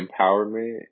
empowerment